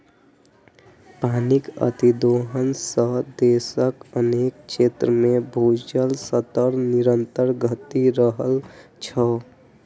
पानिक अतिदोहन सं देशक अनेक क्षेत्र मे भूजल स्तर निरंतर घटि रहल छै